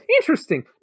interesting